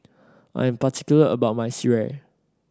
I'm particular about my sireh